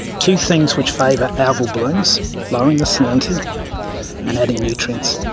two things which favour algal blooms lowering the salinity and adding nutrients.